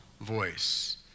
voice